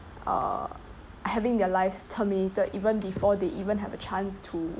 uh having their lives terminated even before they even have a chance to